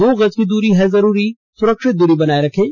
दो गज की दूरी है जरूरी सुरक्षित दूरी बनाए रखें